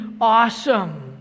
awesome